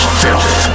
filth